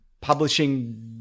publishing